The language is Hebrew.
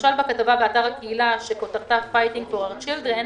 בכתבה באתר הקהילה שכותרתה: "fighting for our children",